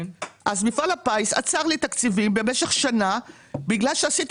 מפעל הפיס עצר לי תקציבים במשך שנה בגלל שעשיתי